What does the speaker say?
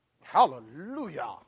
Hallelujah